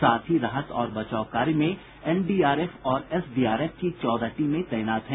साथ ही राहत और बचाव कार्य में एनडीआरएफ और एसडीआरएफ की चौदह टीमें तैनात हैं